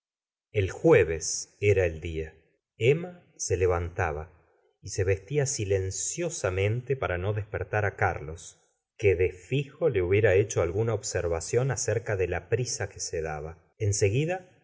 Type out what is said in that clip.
el jueves era el dia emma se levantaba y se vestía silencisamente para no despertar á carlos que de fijo le hubiera hecho alguna observación acerca de la prisa que se daba